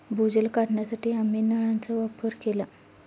भूजल काढण्यासाठी आम्ही नळांचा वापर केला